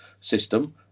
system